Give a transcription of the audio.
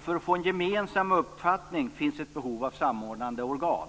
För att få en gemensam uppfattning finns ett behov av samordnande organ.